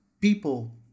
People